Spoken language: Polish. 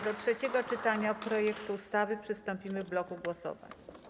Do trzeciego czytania projektu ustawy przystąpimy w bloku głosowań.